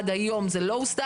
עד היום זה לא הוסדר.